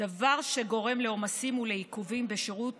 דבר שגורם לעומסים ולעיכובים בשירות